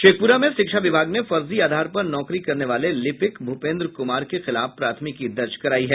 शेखप्रा में शिक्षा विभाग ने फर्जी आधार पर नौकरी करने वाले लिपिक भूपेन्द्र कुमार के खिलाफ प्राथमिकी दर्ज करायी है